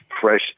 fresh